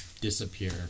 disappear